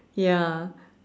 ya